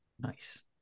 Nice